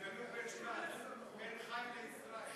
התבלבלו בין שניים, בין חיים לישראל.